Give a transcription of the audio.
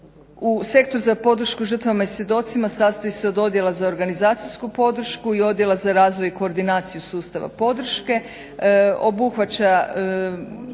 Sektor za podršku žrtvama i svjedocima sastoji se od Odjela za organizacijsku podršku i Odjela za razvoj i koordinaciju sustava podrške. Obuhvaća